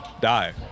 die